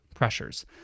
pressures